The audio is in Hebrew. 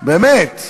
אני עליתי להגיד,